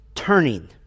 Turning